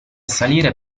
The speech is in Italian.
salire